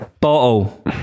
Bottle